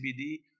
CBD